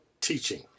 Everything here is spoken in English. teaching